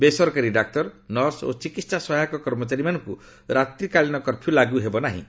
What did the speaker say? ବେସରକାରୀ doctor nurse ଓ ଚିକିତ୍ସା ସହାୟକ କର୍ମଚାରୀମାନଙ୍କୁ ରାତ୍ରିକାଳୀନ କର୍ଫ୍ୟୁ ଲାଗୁ ହେବ ନାହିଁ